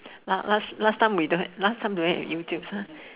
la~ last time last time we don't have last time don't have YouTube